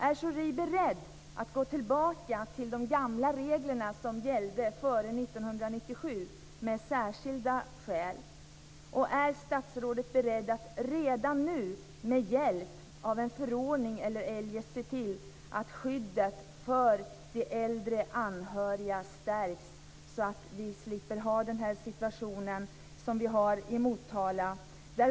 Är Schori beredd att gå tillbaka till de gamla reglerna, som gällde före 1997 och byggde på särskilda skäl? Är statsrådet beredd att redan nu, med hjälp av en förordning eller eljest, se till att skyddet för de äldre anhöriga stärks, så att vi slipper den situation som vi nu har i Motala?